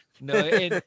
No